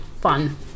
fun